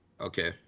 Okay